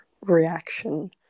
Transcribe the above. reaction